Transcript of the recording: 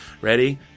Ready